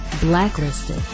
Blacklisted